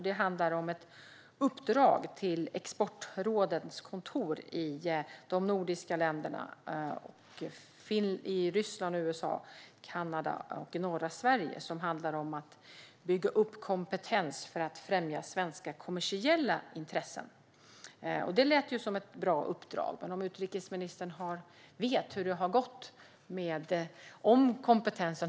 Det gäller ett uppdrag till Exportrådets kontor i de nordiska länderna, Ryssland, USA, Kanada och norra Sverige som handlar om att bygga upp kompetens för att främja svenska kommersiella intressen. Det låter som ett bra uppdrag, men vet utrikesministern hur det har gått med detta?